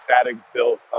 static-built